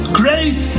great